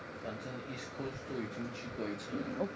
反正 east coast 都已经去过一次了